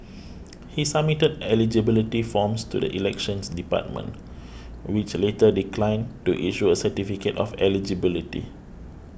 he submitted eligibility forms to the Elections Department which later declined to issue a certificate of eligibility